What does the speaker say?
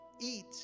eat